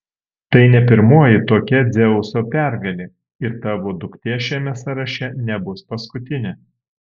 tai ne pirmoji tokia dzeuso pergalė ir tavo duktė šiame sąraše nebus paskutinė